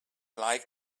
like